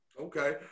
Okay